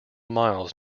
miles